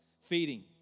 feeding